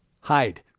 Hide